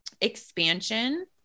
expansion